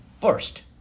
first